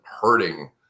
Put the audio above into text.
hurting